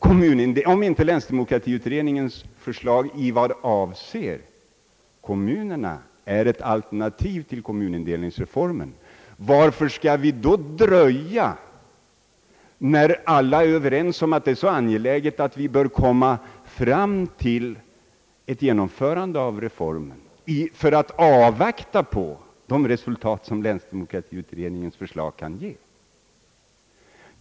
Om inte länsdemokratiutredningens förslag vad gäller kommunerna är ett alternativ till kommunindelningsreformen, varför skall vi då dröja, i avvaktan på de resultat som länsdemokratiutredningens förslag innebär, när alla är överens om att det är så angeläget att genomföra reformen?